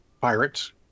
pirates